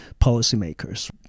policymakers